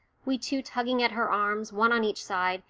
we two tugging at her arms, one on each side,